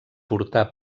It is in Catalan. portà